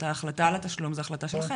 אבל ההחלטה על התשלום היא החלטה שלכם.